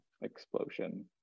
explosion